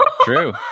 true